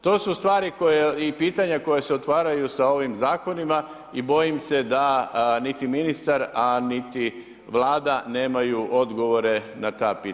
To su stvari i pitanja koja se otvaraju sa ovim zakonima i bojim se da niti ministar a niti Vlada nemaju odgovore na ta pitanja.